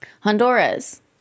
Honduras